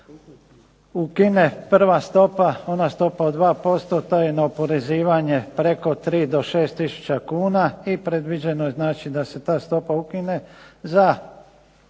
ukine prva stopa ona stopa od 2% to je na oporezivanje preko 3 do 6 tisuća kuna i predviđeno je da se ta stopa ukine za